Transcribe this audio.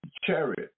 Chariot